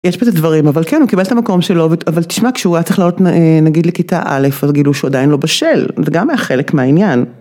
יש בזה דברים, אבל כן, הוא קיבל את המקום שלו, אבל תשמע, כשהוא היה צריך לעלות נגיד לכיתה א', אז גילו שהוא עדיין לא בשל, זה גם היה חלק מהעניין.